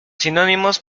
sinónimos